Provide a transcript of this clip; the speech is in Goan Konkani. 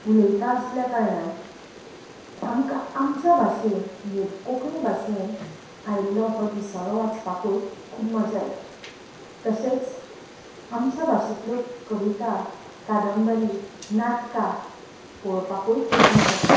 उलयता आसल्या कारणान आमकां आमच्या भाशेन म्हणजे कोंकणी भाशेन आयिल्लो हो दिसाळो वाचपाकूय खूब मजा येता तशेंच आमच्या भाशेंतल्यो कविता कादंबरी नाटकां पळोवपाकूय खूब मजा येता